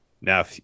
Now